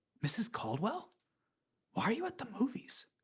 mrs. caldwell? why are you at the movies?